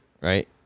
right